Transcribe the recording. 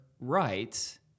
writes